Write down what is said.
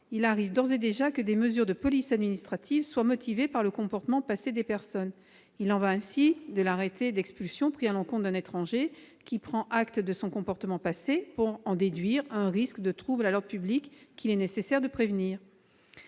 il arrive d'ores et déjà que des mesures de police administrative soient motivées par le comportement passé des personnes. Il en va ainsi de l'arrêté d'expulsion pris à l'encontre d'un étranger, qui prend acte de son comportement passé pour en déduire un risque de trouble à l'ordre public qu'il est nécessaire de prévenir.